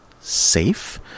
safe